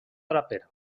draper